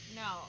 no